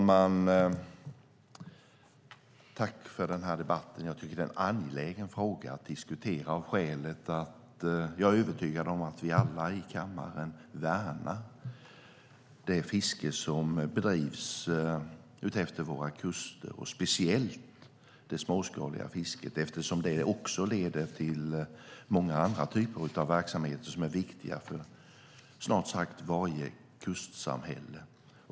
Fru talman! Jag tackar för debatten. Det är en angelägen fråga att diskutera. Jag är övertygad om att vi alla i kammaren värnar det fiske som bedrivs utefter våra kuster, speciellt det småskaliga fisket, eftersom det också leder till många andra typer av verksamheter som är viktiga för snart sagt varje kustsamhälle.